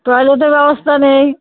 টয়লেটের ব্যবস্থা নেই